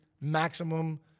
maximum